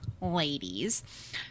ladies